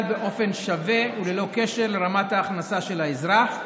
באופן שווה וללא קשר לרמת ההכנסה של האזרח,